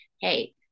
hey